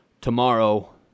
tomorrow